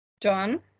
John